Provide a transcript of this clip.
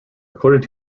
according